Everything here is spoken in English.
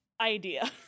Idea